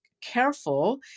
careful